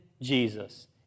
Jesus